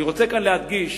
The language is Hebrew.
אני רוצה כאן להדגיש